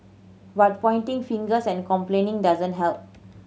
but pointing fingers and complaining doesn't help